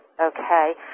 okay